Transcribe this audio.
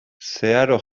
zeharo